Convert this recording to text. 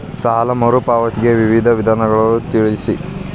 ಸಾಲ ಮರುಪಾವತಿಯ ವಿವಿಧ ವಿಧಾನಗಳು ಯಾವುವು?